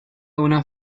una